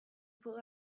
put